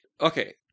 Okay